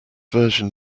version